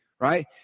right